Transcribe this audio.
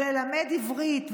ללמד עברית,